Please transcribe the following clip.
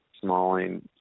Smalling